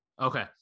Okay